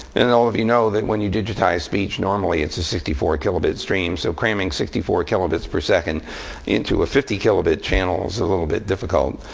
and all of you know that when you digitize speech, normally it's a sixty four kilobit stream. so cramming sixty four kilobits per second into a fifty kilobit channel channel is a little bit difficult.